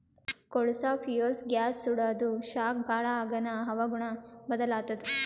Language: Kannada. ಕೊಳಸಾ ಫ್ಯೂಲ್ಸ್ ಗ್ಯಾಸ್ ಸುಡಾದು ಶಾಖ ಭಾಳ್ ಆಗಾನ ಹವಾಗುಣ ಬದಲಾತ್ತದ